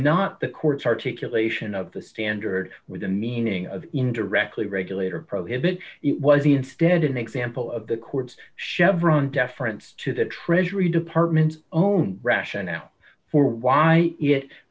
not the court's articulation of the standard with the meaning of indirectly regulator prohibited it was the instead an example of the court's chevron deference to the treasury department's own rationale for why it